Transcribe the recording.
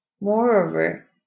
Moreover